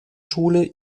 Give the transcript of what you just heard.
schule